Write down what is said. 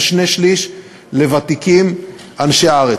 ושני-שלישים לוותיקים אנשי הארץ.